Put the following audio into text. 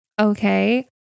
okay